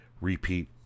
repeat